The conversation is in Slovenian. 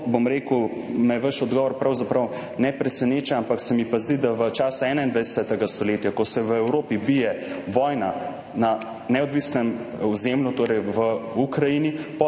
Brdo. Zato me vaš odgovor pravzaprav ne preseneča. Se mi pa zdi, da v času 21. stoletja, ko se v Evropi bije vojna na neodvisnem ozemlju, torej v Ukrajini,